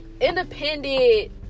independent